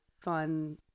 fun